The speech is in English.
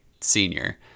senior